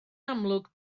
amlwg